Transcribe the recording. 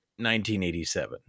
1987